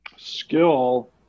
skill